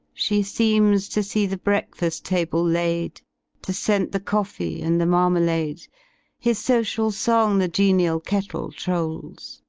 she seems to see the breakfafl-table laidy to scent the coffee and the marmaladey his social song the genial kettle trolls.